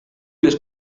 les